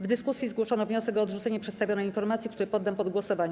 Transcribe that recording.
W dyskusji zgłoszono wniosek o odrzucenie przedstawionej informacji, który poddam pod głosowanie.